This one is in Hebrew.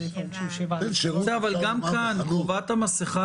נותן שירות --- לא באולם,